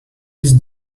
his